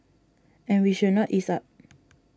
and we should not ease up